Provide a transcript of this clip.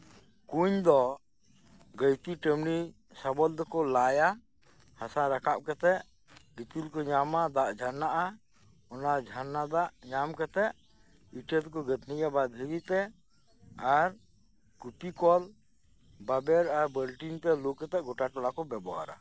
ᱠᱩᱧ ᱫᱚ ᱜᱟᱸᱭᱛᱤ ᱴᱟᱢᱱᱤ ᱥᱟᱵᱚᱞ ᱛᱮᱠᱩ ᱞᱟᱭᱟ ᱦᱟᱥᱟ ᱨᱟᱠᱟᱵ ᱠᱟᱛᱮ ᱜᱤᱛᱤᱞ ᱠᱩ ᱧᱟᱢᱟ ᱫᱟᱜ ᱡᱷᱟᱨᱱᱟᱜᱼᱟ ᱚᱱᱟ ᱡᱷᱟᱨᱱᱟ ᱫᱟᱜ ᱧᱟᱢ ᱠᱟᱛᱮ ᱤᱴᱟᱹ ᱛᱮᱠᱩ ᱜᱟᱹᱛᱷᱱᱤᱭᱟ ᱥᱮ ᱫᱷᱤᱨᱤ ᱛᱮ ᱟᱨ ᱠᱩᱯᱤᱠᱚᱞ ᱵᱟᱵᱮᱨ ᱟᱨ ᱵᱟᱞᱴᱤᱱ ᱛᱮ ᱞᱩ ᱠᱟᱛᱮ ᱜᱮᱴᱟ ᱴᱚᱞᱟ ᱠᱚ ᱵᱮᱵᱚᱦᱟᱨᱟ